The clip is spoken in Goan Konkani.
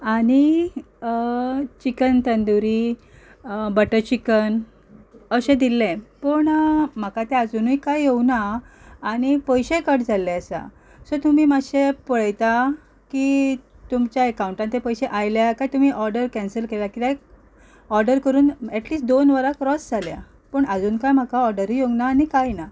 आनी चिकन तंदूरी बटर चिकन अशें दिल्लें पूण म्हाका तें आजुनूय कांय येवूंक ना आनी पयशेय कट जाल्ले आसा सो तुमी मातशे पळयता की तुमच्या एकाउंटांत ते पयशे आयल्या काय तुमी ऑर्डर कॅन्सील केल्या कित्याक ऑर्डर करून एटलिस्ट दोन वरां क्रोस जाल्यां पूण आजून कांय म्हाका ऑर्डरूय येवूंक ना आनी कांय ना